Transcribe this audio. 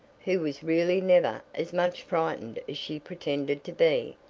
who was really never as much frightened as she pretended to be,